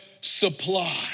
supply